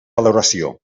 valoració